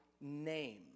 name